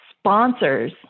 Sponsors